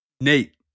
Nate